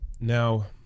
now